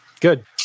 Good